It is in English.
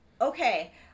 okay